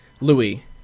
Louis